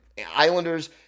Islanders